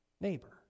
neighbor